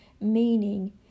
meaning